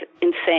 insane